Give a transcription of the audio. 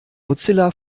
mozilla